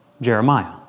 Jeremiah